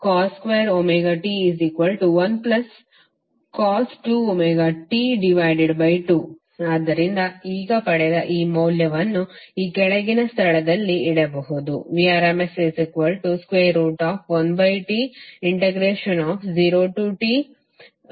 cos2t1cos2t2 ಆದ್ದರಿಂದ ಈಗ ಪಡೆದ ಈ ಮೌಲ್ಯವನ್ನು ಈ ಕೆಳಗಿನ ಸ್ಥಳದಲ್ಲಿ ಇಡಬಹುದು